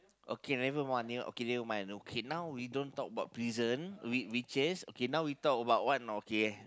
okay never mind okay never mind okay now we don't talk about prison we we change okay now we talk about what now okay